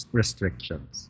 restrictions